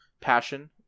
passion